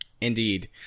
Indeed